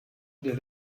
der